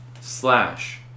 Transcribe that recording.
slash